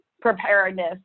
preparedness